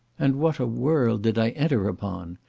and what a world did i enter upon!